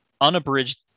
unabridged